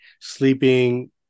sleeping